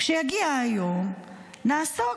כשיגיע היום, נעסוק.